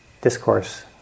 discourse